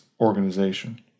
organization